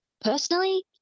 personally